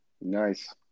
Nice